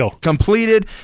completed